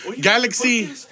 Galaxy